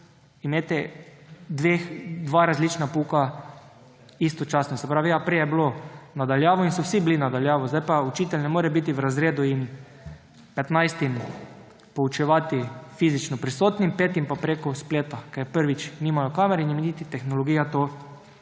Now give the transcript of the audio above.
imeti dva različna pouka istočasno. Se pravi, ja, prej je bilo na daljavo in so vsi bili na daljavo, zdaj pa učitelj ne more biti v razredu in poučevati 15 fizično prisotnih in petih preko spleta, ker, prvič, nimajo kamer in jim niti tehnologija